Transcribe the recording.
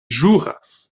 ĵuras